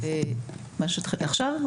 עכשיו.